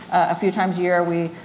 a few times a year we,